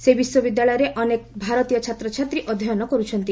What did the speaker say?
ସେହି ବିଶ୍ୱବିଦ୍ୟାଳୟରେ ଅନେକ ଭାରତୀୟ ଛାତ୍ରଛାତ୍ରୀ ଅଧ୍ୟୟନ କରୁଛନ୍ତି